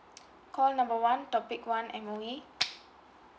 call number one public one M_O_E